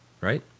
right